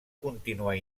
continuar